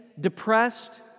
depressed